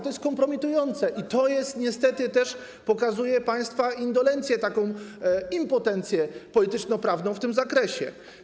To jest kompromitujące i to niestety też pokazuje państwa indolencję, impotencję polityczno-prawną w tym zakresie.